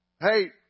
Hey